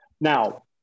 Now